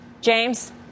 James